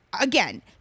again